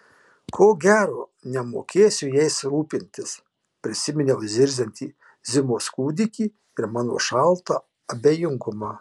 ko gero nemokėsiu jais rūpintis prisiminiau zirziantį zimos kūdikį ir mano šaltą abejingumą